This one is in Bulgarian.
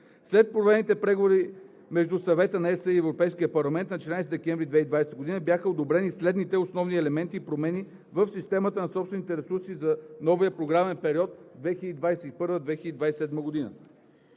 След проведените преговори между Съвета на ЕС и Европейския парламент на 14 декември 2020 г. бяха одобрени следните основни елементи и промени в системата на собствените ресурси за новия програмен период 2021 – 2027 г.: